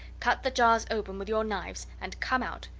cut the jars open with your knives and come out,